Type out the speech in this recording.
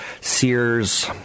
Sears